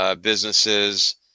businesses